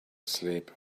sleep